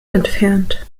entfernt